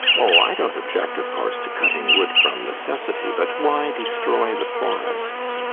oh, i don't object, of course, to cutting wood from necessity, but why destroy the forests?